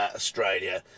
australia